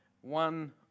one